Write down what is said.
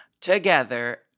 together